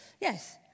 Yes